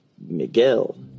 Miguel